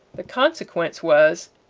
the consequence was,